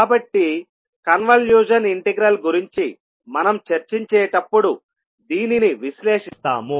కాబట్టి convolution integral గురించి మనం చర్చించేటప్పుడు దీనిని విశ్లేషిస్తాము